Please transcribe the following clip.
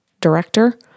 director